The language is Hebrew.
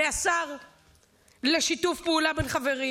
מהשר לשיתוף פעולה בין חברים?